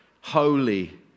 holy